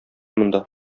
монда